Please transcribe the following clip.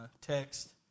text